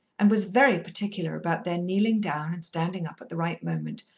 and was very particular about their kneeling down and standing up at the right moment,